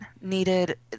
needed